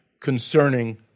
concerning